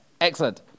excellent